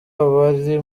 abari